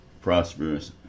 prosperous